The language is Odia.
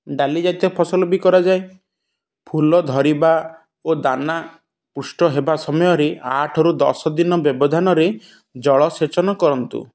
ଡାଲି ଜାତୀୟ ଫସଲ ବି କରାଯାଏ ଫୁଲ ଧରିବା ଓ ଦାନା ପୃଷ୍ଟ ହେବା ସମୟରେ ଆଠରୁ ଦଶ ଦିନ ବ୍ୟବଧାନରେ ଜଳସେଚନ କରନ୍ତୁ